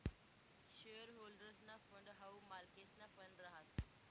share होल्डर्सना fund हाऊ मालकेसना फंड रहास